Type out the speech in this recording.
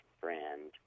friend